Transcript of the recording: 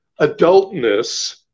adultness